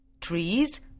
Trees